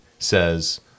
says